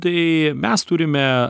tai mes turime